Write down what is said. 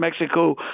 Mexico